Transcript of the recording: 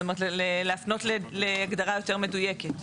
זאת אומרת, להנות להגדרה יותר מדויקת.